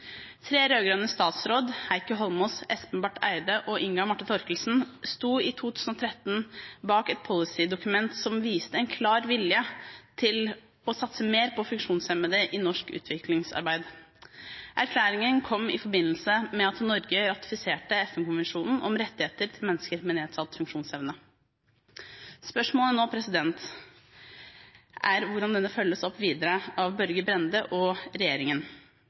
Tre rød-grønne statsråder, Heikki Holmås, Espen Barth Eide og Inga Marte Thorkildsen, sto i 2013 bak et policy-dokument som viste en klar vilje til å satse mer på funksjonshemmede i norsk utviklingsarbeid. Erklæringen kom i forbindelse med at Norge ratifiserte FN-konvensjonen om rettigheter for mennesker med nedsatt funksjonsevne. Spørsmålet nå er hvordan denne følges opp videre av Børge Brende og regjeringen.